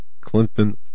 Clinton